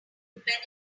article